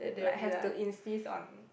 like have to insist on